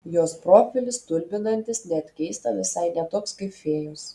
jos profilis stulbinantis net keista visai ne toks kaip fėjos